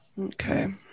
Okay